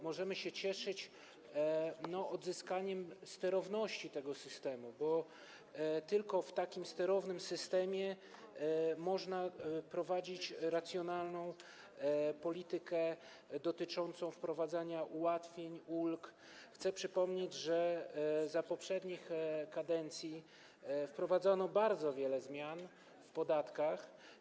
Możemy się cieszyć odzyskaniem sterowności tego systemu, bo tylko w takim sterownym systemie można prowadzić racjonalną politykę dotyczącą wprowadzania ułatwień, ulg. Chcę przypomnieć, że w poprzednich kadencjach wprowadzono bardzo wiele zmian w podatkach.